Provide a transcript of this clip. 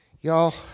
Y'all